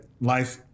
life